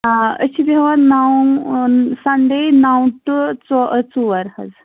آ أس چھِ بیٚہوان نَو سَنٛڈے نَو ٹوٗ ژو ژوٗر حظ